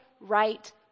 right